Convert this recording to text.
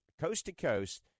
coast-to-coast